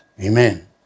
Amen